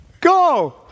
go